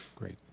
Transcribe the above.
great!